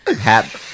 hat